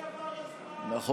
אדוני,